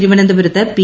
തിരുവനന്തപുരത്ത് പി